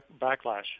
backlash